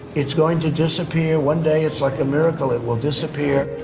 it's going to disappear. one day, it's like a miracle. it will disappear.